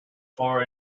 for